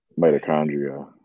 mitochondria